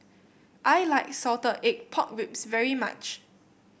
I like Salted Egg Pork Ribs very much